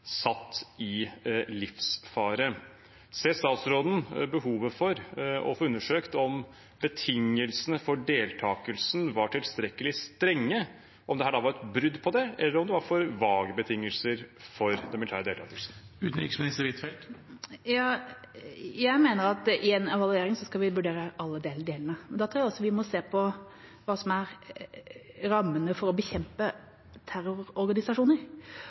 satt i livsfare. Ser ministeren behovet for å få undersøkt om betingelsene for deltakelsen var tilstrekkelig strenge, om dette var et brudd på dem, eller om det var for vage betingelser for den militære deltakelsen? Jeg mener vi skal vurdere alle delene i en evaluering, men da tror jeg vi også må se på hva som er rammene for å bekjempe terrororganisasjoner.